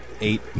eight